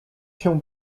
się